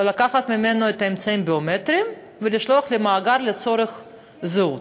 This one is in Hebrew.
לקחת ממנו את האמצעים הביומטריים ולשלוח למאגר לצורך זהות.